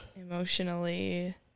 emotionally